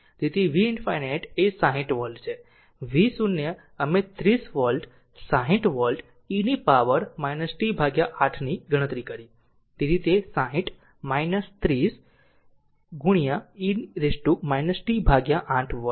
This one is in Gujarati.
તેથી v ∞એ 60 વોલ્ટ છે v0 અમે 30 volt 60 volt e power t 8 ની ગણતરી કરી તેથી તે 60 30 ગુણ્યા e t 8 વોલ્ટ છે